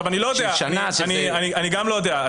אני גם לא יודע.